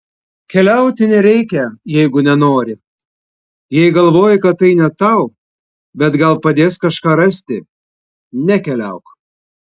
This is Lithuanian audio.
keliauti nereikia jeigu nenori jei galvoji kad tai ne tau bet gal padės kažką rasti nekeliauk